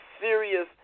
serious